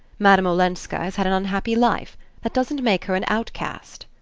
madame olenska has had an unhappy life that doesn't make her an outcast.